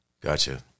Gotcha